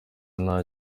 nta